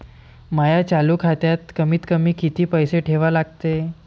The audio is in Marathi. माया चालू खात्यात कमीत कमी किती पैसे ठेवा लागते?